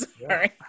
sorry